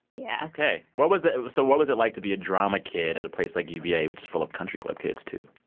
yeah ok. what was it it so what was it like to be a drama kid at a place like uva, which is full of country club kids, too?